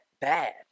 bad